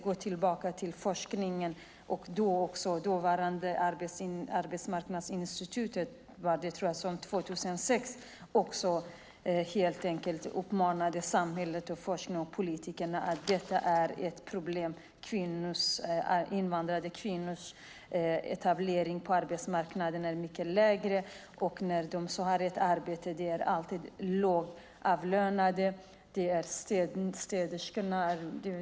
Det var det dåvarande Arbetslivsinstitutet, tror jag, som 2006 uppmärksammade forskare och politiker på att detta är ett problem. Invandrade kvinnors etablering på arbetsmarknaden är mycket låg. När de får ett arbete är det alltid lågavlönat, städjobb.